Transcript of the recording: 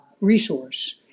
resource